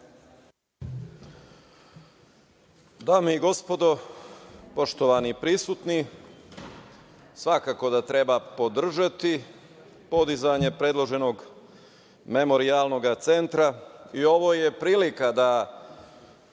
Dame i gospodo, poštovani prisutni, svakako da treba podržati podizanje predloženog memorijalnog centra. Ovo je prilika da